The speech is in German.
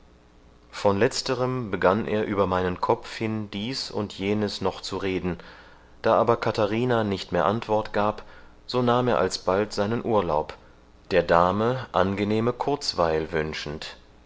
von letzterem begann er über meinen kopf hin dieß und jenes noch zu reden da aber katharina nicht mehr antwort gab so nahm er alsbald seinen urlaub der dame angenehme kurzweil wünschend